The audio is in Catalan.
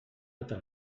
tota